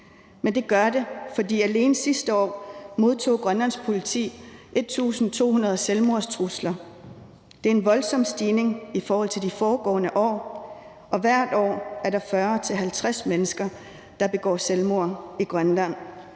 Men det gør det. Alene sidste år modtog Grønlands politi 1.200 selvmordstrusler. Det er en voldsom stigning i forhold til de foregående år, og hvert år er der 40-50 mennesker, der begår selvmord i Grønland.